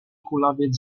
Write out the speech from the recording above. kulawiec